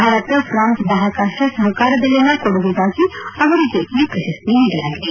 Bharat France ಬಾಹ್ಕಾಕಾಶ ಸಹಕಾರದಲ್ಲಿನ ಕೊಡುಗೆಗಾಗಿ ಅವರಿಗೆ ಈ ಪ್ರಶಸ್ತಿ ನೀಡಲಾಗಿದೆ